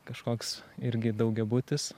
kažkoks irgi daugiabutis